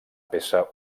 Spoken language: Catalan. peça